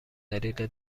دلیل